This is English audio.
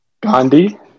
Gandhi